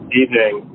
evening